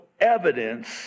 evidence